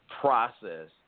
process